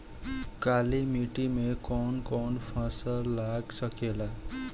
काली मिट्टी मे कौन कौन फसल लाग सकेला?